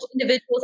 individuals